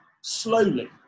slowly